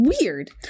weird